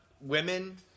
women